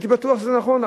הייתי בטוח שזה נכון.